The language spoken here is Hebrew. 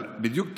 טוב שבדיוק נכנסת,